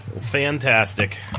Fantastic